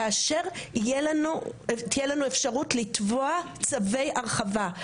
כאשר תהיה לנו את האפשרות לתבוע צווי הרחבה.